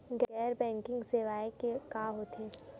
गैर बैंकिंग सेवाएं का होथे?